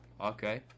okay